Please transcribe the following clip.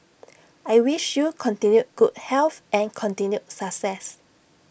I wish you continued good health and continued success